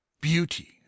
Beauty